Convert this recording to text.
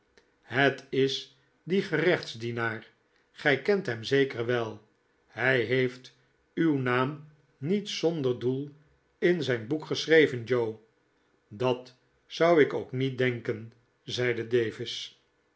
het is die gerechtsdienaar gij kent hem zeker wel hij heeft uw naam niet zonder doel in zy'n boek geschreven joe dat zou ik ook niet denken zeide davis